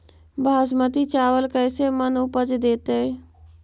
बासमती चावल कैसे मन उपज देतै?